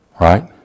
Right